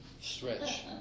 stretch